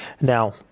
now